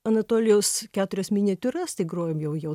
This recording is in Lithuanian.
anatolijaus keturias miniatiūras tai grojom jau jo